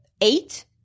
eight